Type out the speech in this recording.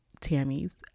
Tammy's